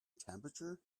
temperature